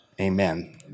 Amen